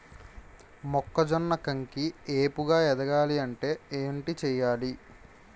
మొక్కజొన్న కంకి ఏపుగ ఎదగాలి అంటే ఏంటి చేయాలి?